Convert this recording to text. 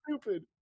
stupid